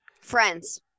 friends